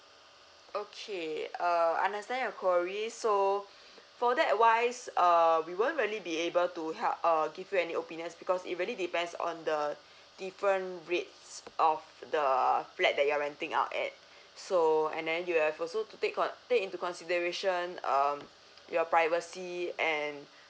okay uh understand your queries so for that wise uh we won't really be able to help uh give you any opinions because it really depends on the different rates of the flat that you're renting out at so and then you have also to take on take into consideration um your privacy and